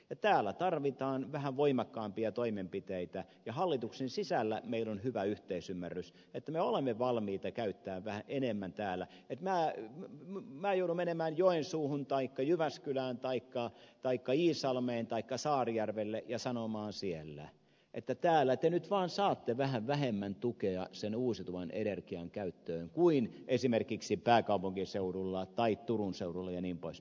täällä tarvitaan vähän voimakkaampia toimenpiteitä ja hallituksen sisällä meillä on hyvä yhteisymmärrys että me olemme valmiita käyttämään vähän enemmän täällä että minä joudun menemään joensuuhun taikka jyväskylään taikka iisalmeen taikka saarijärvelle ja sanomaan siellä että täällä te nyt vaan saatte vähän vähemmän tukea sen uusiutuvan energian käyttöön kuin esimerkiksi pääkaupunkiseudulla tai turun seudulla jnp